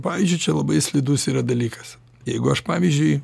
pavyzdžiui čia labai slidus yra dalykas jeigu aš pavyzdžiui